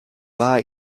war